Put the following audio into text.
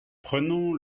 prenons